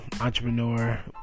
entrepreneur